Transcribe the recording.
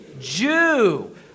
Jew